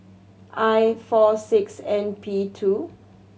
I four six N P two